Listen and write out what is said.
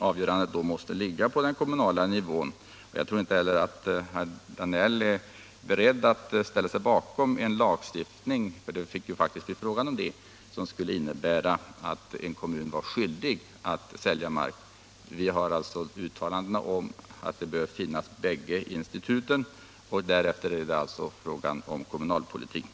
Avgörandet måste ligga på den kommunala nivån. Jag tror inte heller att herr Danell är beredd att ställa sig bakom en lagstiftning, som det faktiskt i så fall måste bli fråga om. En sådan lagstiftning skulle då innebära att en kommun blev skyldig att sälja mark. Utskottet har alltså uttalat att bägge instituten bör finnas och att detta sedan får bli en fråga för kommunalpolitiken.